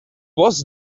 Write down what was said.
was